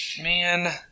man